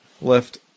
left